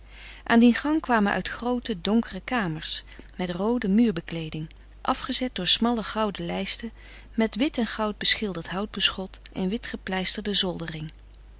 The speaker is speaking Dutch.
aan dien gang kwamen uit groote donkere kamers met roode muurbekleeding afgezet door smalle gouden lijsten met wit en goud beschilderd houtbeschot en witgepleisterde zoldering